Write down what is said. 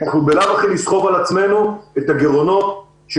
אנחנו בלאו הכי נסחוב על עצמנו את הגירעונות של